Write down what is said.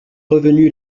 revenu